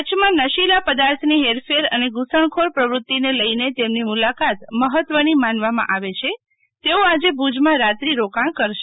કરછમાં નશીલા પર્દાથની હેરફેર અને ધુસણખોર પ્રવુતિને લઈને તેમની મુલાકાત મહત્વની માનવામાં આવે છે તેઓ આજે ભુજમાં રાત્રી રોકાણ કરશે